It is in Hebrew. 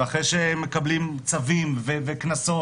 ואחרי שהם מקבלים צווים וקנסות.